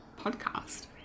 podcast